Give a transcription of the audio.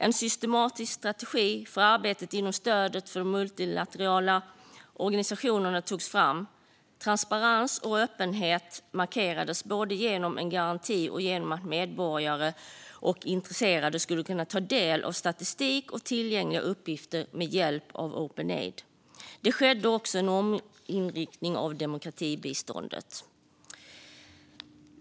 En systematisk strategi för arbetet inom och stödet till multilaterala organisationer togs fram. Transparens och öppenhet markerades både genom en garanti och genom att medborgare och intresserade skulle kunna ta del av statistik och tillgängliga uppgifter med hjälp av Openaid. Det skedde också en omriktning av demokratibiståndet.